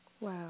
Wow